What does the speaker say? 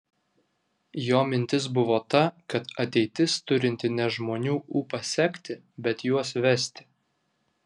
jo mintis buvo ta kad ateitis turinti ne žmonių ūpą sekti bet juos vesti